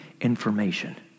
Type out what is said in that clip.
information